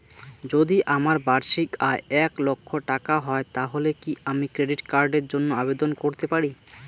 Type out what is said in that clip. যদি আমার বার্ষিক আয় এক লক্ষ টাকা হয় তাহলে কি আমি ক্রেডিট কার্ডের জন্য আবেদন করতে পারি?